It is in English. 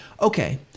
okay